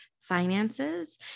finances